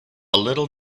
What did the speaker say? little